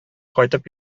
кайтып